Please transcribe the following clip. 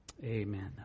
Amen